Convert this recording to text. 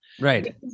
Right